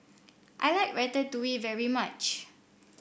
I like Ratatouille very much